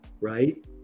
right